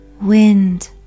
wind